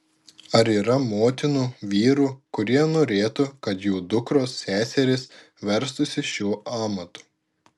ar yra motinų vyrų kurie norėtų kad jų dukros seserys verstųsi šiuo amatu